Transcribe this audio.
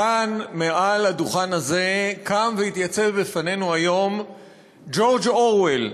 כאן מעל הדוכן הזה קם והתייצב בפנינו היום ג'ורג' אורוול,